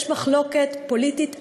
יש מחלוקת פוליטית אדירה,